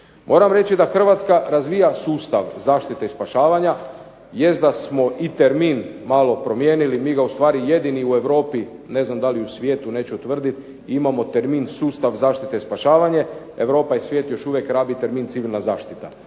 Moram reći da Hrvatska razvija sustav zaštite i spašavanja. Jest da smo i termin malo promijenili. Mi ga u stvari jedini u Europi, ne znam da li u svijetu neću tvrditi imamo termin sustav zaštite i spašavanje. Europa i svijet još uvijek rabi termin civilna zaštita.